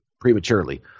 prematurely